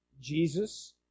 Jesus